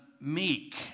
meek